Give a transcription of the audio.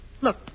Look